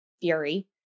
fury